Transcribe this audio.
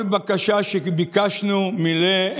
כל בקשה שביקשנו, מילא.